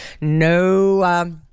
No